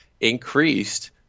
increased